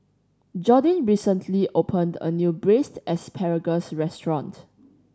Jordyn recently opened a new Braised Asparagus restaurant